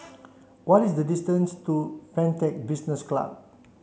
what is the distance to Pantech Business club